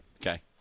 Okay